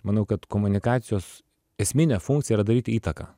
manau kad komunikacijos esminė funkcija yra daryti įtaką